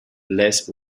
less